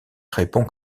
répond